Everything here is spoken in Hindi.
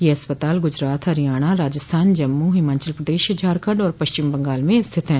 ये अस्पताल गुजरात हरियाणा राजस्थान जम्मू हिमाचल प्रदेश झारखंड और पश्चिम बंगाल में स्थित हैं